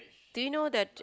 do you know that